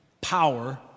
power